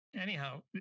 anyhow